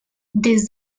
des